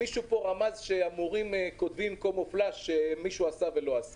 מישהו רמז שהמורים מסמנים שהכשרה מסוימת נעשתה אף על פי שזה לא קרה.